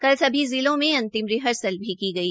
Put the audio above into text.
कल सभी जिलोंमें अंतिम रिहर्सल भी की गई